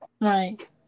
Right